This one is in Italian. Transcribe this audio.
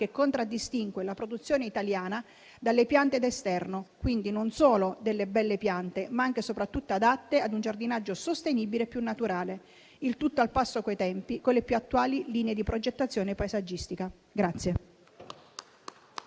che contraddistingue la produzione italiana delle piante da esterno: quindi, non solo delle belle piante, ma anche e soprattutto adatte ad un giardinaggio sostenibile e più naturale. Il tutto, al passo coi tempi e con le più attuali linee di progettazione paesaggistica.